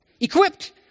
Equipped